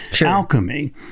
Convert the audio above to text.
Alchemy